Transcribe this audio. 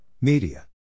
Media